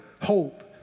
hope